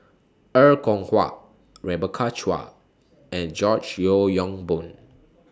Er Kwong Wah Rebecca Chua and George Yeo Yong Boon